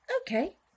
okay